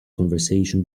conversation